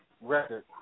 record